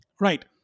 right